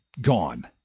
gone